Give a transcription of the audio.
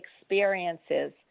experiences